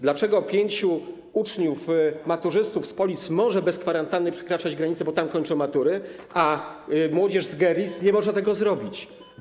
Dlaczego pięciu uczniów, maturzystów z Polic może bez kwarantanny przekraczać granicę, bo tam kończą matury, a młodzież z Görlitz nie może tego zrobić?